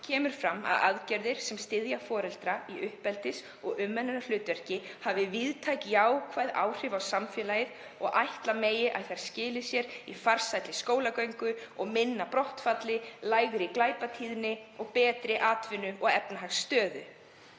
kemur fram að aðgerðir sem styðja foreldra í uppeldis- og umönnunarhlutverki hafi víðtæk jákvæð áhrif á samfélagið og ætla megi að þær skili sér í farsælli skólagöngu og minna brottfalli, lægri glæpatíðni og betri atvinnu- og efnahagsstöðu.